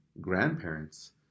grandparents